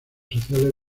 sociales